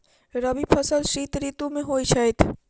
रबी फसल शीत ऋतु मे होए छैथ?